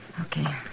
Okay